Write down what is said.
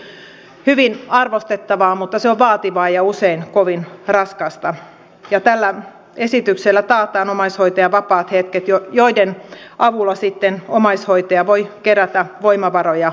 omaishoitajan työ on hyvin arvostettavaa mutta se on vaativaa ja usein kovin raskasta ja tällä esityksellä taataan omaishoitajan vapaat hetket joiden avulla sitten omaishoitaja voi kerätä voimavaroja läheisensä hoitamiseen